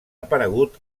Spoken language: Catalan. aparegut